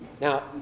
Now